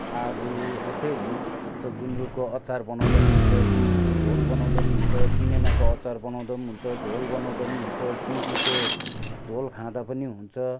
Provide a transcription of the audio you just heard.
आलु यस्तै हुन् अन्त गुन्द्रुकको अचार बानाउँदा पनि हुन्छ गुन्द्रुकको झोल बनाउँदा पनि हुन्छ किनेमाको अचार बनाउँदा पनि हुन्छ झोल बनाउँदा पनि हुन्छ सिन्कीको झोल खाँदा पनि हुन्छ